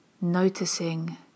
noticing